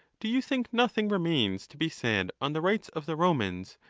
do you think nothing remains to be said on the rights of the bomans,